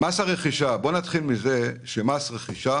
נתחיל מזה שמס רכישה